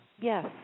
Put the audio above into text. yes